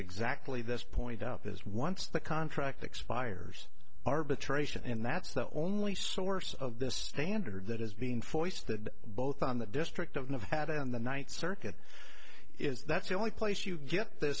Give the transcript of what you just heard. exactly this point out is once the contract expires arbitration and that's the only source of this standard that is being foisted both on the district of nevada and the ninth circuit is that's the only place you get th